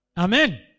Amen